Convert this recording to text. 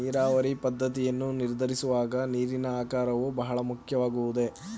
ನೀರಾವರಿ ಪದ್ದತಿಯನ್ನು ನಿರ್ಧರಿಸುವಾಗ ನೀರಿನ ಆಕಾರವು ಬಹಳ ಮುಖ್ಯವಾಗುವುದೇ?